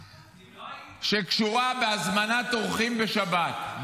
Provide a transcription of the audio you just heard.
פעולה שקשורה בהזמנת אורחים בשבת,